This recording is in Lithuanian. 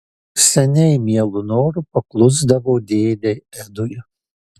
seniai mielu noru paklusdavo dėdei edui